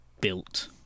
built